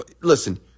listen